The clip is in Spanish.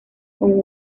con